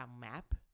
map